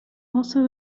also